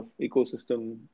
ecosystem